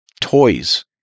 toys